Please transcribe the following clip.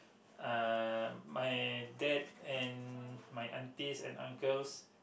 uh my dad and my aunties and uncles